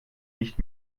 nicht